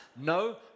No